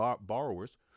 borrowers